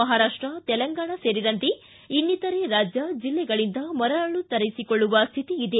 ಮಹಾರಾಷ್ಟ ತೆಲಂಗಾಣ ಸೇರಿದಂತೆ ಇನ್ನಿತರೆ ರಾಜ್ಯ ಜಿಲ್ಲೆಗಳಿಂದ ಮರಳು ತರಿಸಿಕೊಳ್ಳುವ ಸ್ಥಿತಿ ಇದೆ